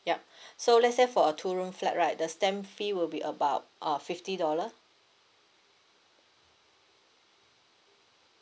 yup so let's say for a two room flat right the stamp fee will be about uh fifty dollar